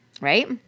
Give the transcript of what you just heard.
Right